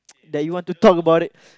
that you want to talk about it